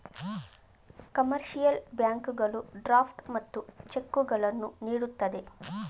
commercial ಬ್ಯಾಂಕುಗಳು draft ಮತ್ತು ಚೆಕ್ಕುಗಳನ್ನು ನೀಡುತ್ತದೆ